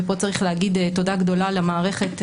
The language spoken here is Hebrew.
ופה צריך להגיד תודה גדולה למערכת.